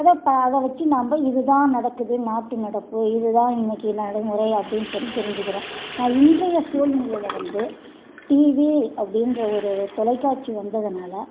அதை ப அதை வச்சு நம்ம இதுதான் நடக்குது நாட்டு நடப்பு இதுதான் இன்றைக்கி நடைமுறை அப்படின் சொல்லி தெரிஞ்சுக்கிறோம் இன்றைய சூழ்நிலையில வந்து டிவி அப்படின்ற ஒரு தொலைக்காட்சி வந்ததுனால்